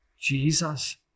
Jesus